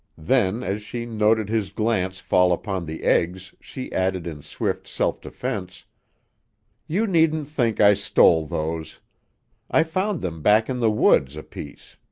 then, as she noted his glance fall upon the eggs she added in swift self-defense you needn't think i stole those i found them back in the woods a piece.